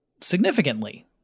significantly